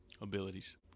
abilities